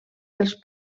dels